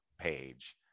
page